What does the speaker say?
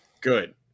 Good